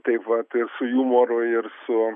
taip vat ir su jumoru ir su